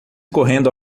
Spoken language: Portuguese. correndo